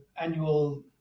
annual